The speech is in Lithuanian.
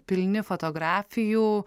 pilni fotografijų